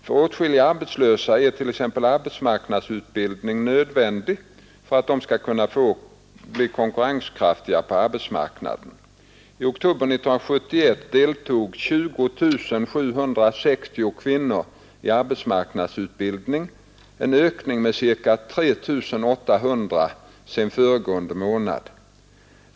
För åtskilliga arbetslösa är t.ex. arbetsmarknadsutbildning nödvändig för att de skall kunna bli konkurrenskraftiga på arbetsmarknaden. I oktober 1971 deltog 20760 kvinnor i arbetsmarknadsutbildning, en ökning med ca 3 800 sedan föregående månad.